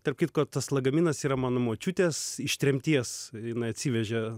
tarp kitko tas lagaminas yra mano močiutės iš tremties jinai atsivežė